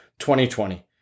2020